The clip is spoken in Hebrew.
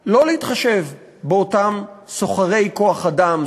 שלא להתחשב באותם סוחרי כוח-אדם,